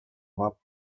явап